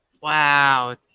Wow